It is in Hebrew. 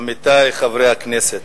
עמיתי חברי הכנסת,